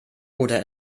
oder